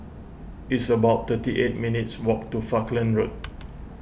it's about thirty eight minutes' walk to Falkland Road